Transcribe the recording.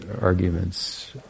arguments